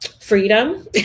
Freedom